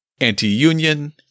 anti-union